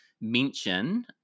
mention